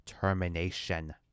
termination